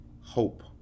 hope